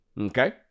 Okay